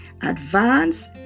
Advance